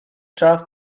czas